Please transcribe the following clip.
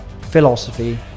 philosophy